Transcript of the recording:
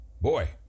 Boy